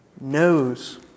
knows